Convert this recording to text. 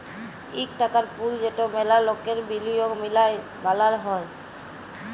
ইক টাকার পুল যেট ম্যালা লকের বিলিয়গ মিলায় বালাল হ্যয়